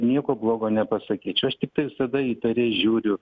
nieko blogo nepasakyčiau aš tiktai visada įtariai žiūriu